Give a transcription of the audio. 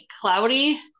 cloudy